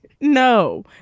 No